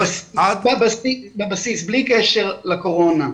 בבסיס, בלי קשר לקורונה,